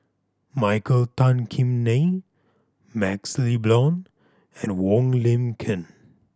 Michael Tan Kim Nei MaxLe Blond and Wong Lin Ken